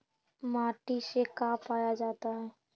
माटी से का पाया जाता है?